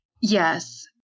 Yes